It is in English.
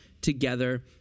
together